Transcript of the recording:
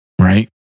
right